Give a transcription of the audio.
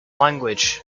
language